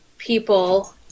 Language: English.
people